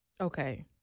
Okay